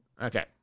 Okay